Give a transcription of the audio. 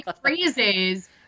phrases